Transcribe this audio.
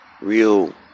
real